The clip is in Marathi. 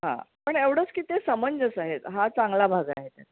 हां पण एवढंच की ते समंजस आहेत हा चांगला भाग आहे त्यांचा